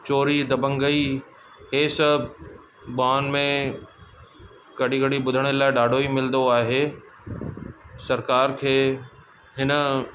चोरी दबंगई इहे सभु ॿान में कॾहिं कॾहिं ॿुधण लाइ ॾाढो ई मिलंदो आहे सरकारि खे हिन